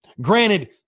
Granted